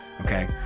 okay